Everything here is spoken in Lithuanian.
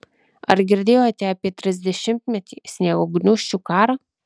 ar girdėjote apie trisdešimtmetį sniego gniūžčių karą